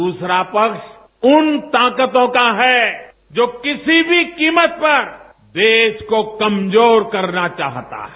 दूसरा पक्ष उन ताकतों का है जो किसी भी कीमत पर देश को कमजोर करना चाहता है